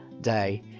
day